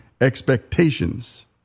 Expectations